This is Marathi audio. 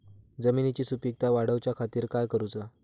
जमिनीची सुपीकता वाढवच्या खातीर काय करूचा?